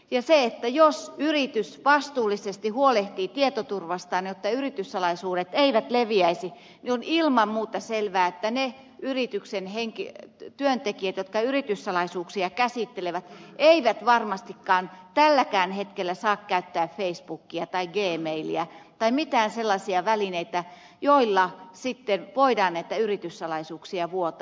ja jos yritys vastuullisesti huolehtii tietoturvastaan jotta yrityssalaisuudet eivät leviäisi niin on ilman muuta selvää että ne yrityksen työntekijät jotka yrityssalaisuuksia käsittelevät eivät varmastikaan tälläkään hetkellä saa käyttää facebookia tai gmailia tai mitään sellaisia välineitä joilla sitten voidaan näitä yrityssalaisuuksia vuotaa